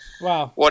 Wow